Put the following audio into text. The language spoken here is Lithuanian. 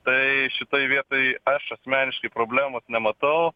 tai šitoj vietoj aš asmeniškai problemos nematau